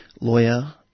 lawyer